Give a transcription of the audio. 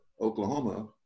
Oklahoma